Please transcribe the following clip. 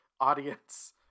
audience